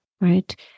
right